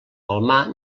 palmar